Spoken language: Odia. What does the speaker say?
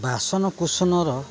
ବାସନକୁୁସନର